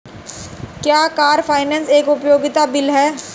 क्या car finance एक उपयोगिता बिल है?